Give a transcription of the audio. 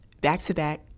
back-to-back